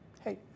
hey